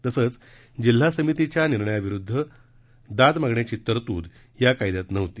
तसंच जिल्हा समितीच्या निर्णयाविरुद्ध दाद मागण्याची तरतूद या कायद्यात नव्हती